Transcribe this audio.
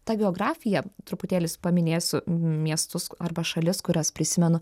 ta geografija truputėlis paminėsiu miestus arba šalis kurias prisimenu